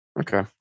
okay